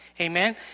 Amen